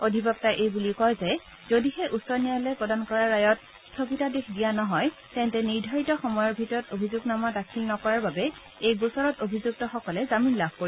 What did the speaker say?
অধিবক্তাই এই বুলি কয় যে যদিহে উচ্চ ন্যায়ালয়ে প্ৰদান কৰা ৰায়ত স্থগিতাদেশ দিয়া নহয় তেন্তে নিৰ্ধাৰিত সময়ৰ ভিতৰত অভিযোগনামা দাখিল নকৰাৰ বাবে এই গোচৰত অভিযুক্ত সকলে জামিন লাভ কৰিব